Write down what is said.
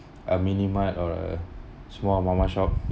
a mini-mart or a small mamak shop